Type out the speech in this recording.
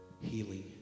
healing